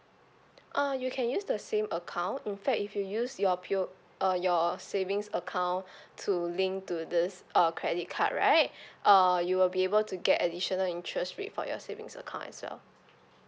uh you can use the same account in fact if you use your p~ uh your savings account to link to this uh credit card right uh you will be able to get additional interest rate for your savings account as well